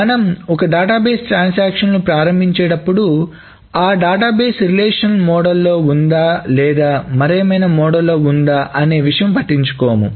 మనం ఒక డేటాబేస్ ట్రాన్సాక్షన్లు ప్రారంభించేటప్పుడు ఆ డేటాబేస్ రిలేషనల్ మోడల్ లో ఉందా లేదా మరేదైనా మోడల్ లో ఉందా అనే విషయంపట్టించుకోము